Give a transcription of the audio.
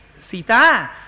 Sita